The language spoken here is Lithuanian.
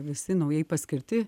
visi naujai paskirti